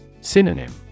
Synonym